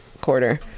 quarter